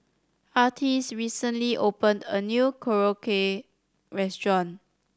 Artis recently opened a new Korokke Restaurant